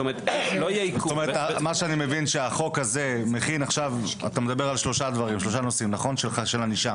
זאת אומרת, אתה מדבר על שלושה נושאים של ענישה.